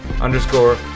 underscore